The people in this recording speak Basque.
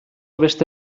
beste